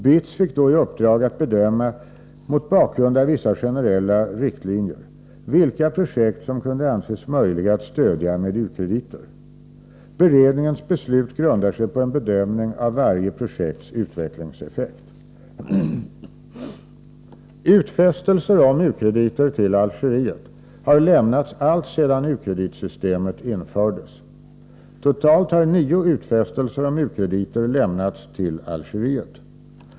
BITS fick då i uppdrag att bedöma, mot bakgrund av vissa generella riktlinjer, vilka projekt som kunde anses möjliga att stödja med u-krediter. Beredningens beslut grundar sig på en bedömning av varje projekts utvecklingseffekt. Utfästelser om u-krediter till Algeriet har lämnats alltsedan u-kreditsystemet infördes. Totalt har nio utfästelser om u-krediter lämnats till Algeriet.